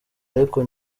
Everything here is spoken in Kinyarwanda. ariko